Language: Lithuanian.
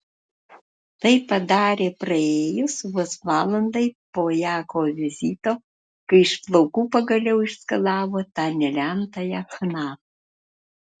tai padarė praėjus vos valandai po jako vizito kai iš plaukų pagaliau išskalavo tą nelemtąją chna